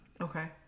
Okay